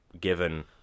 given